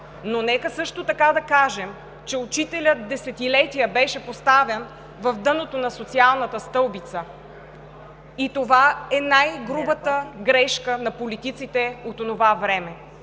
Нека също така да кажем, че учителят десетилетия беше поставян в дъното на социалната стълбица и това е най-грубата грешка на политиците от онова време